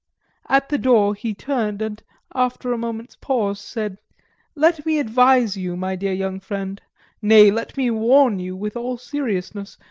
at the door he turned, and after a moment's pause said let me advise you, my dear young friend nay, let me warn you with all seriousness,